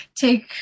take